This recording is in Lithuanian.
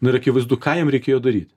na ir akivaizdu ką jam reikėjo daryt